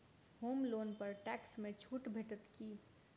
होम loan पर tax मे छुट भेटत की